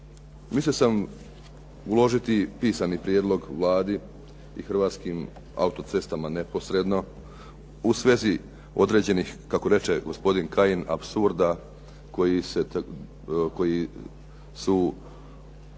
mislio sam uložiti pisani prijedlog Vladi i Hrvatskim autocestama neposredno u svezi određenih, kako reče gospodin Kajin, apsurda koji su